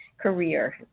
career